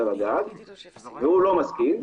והוא לא מסכים,